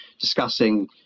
discussing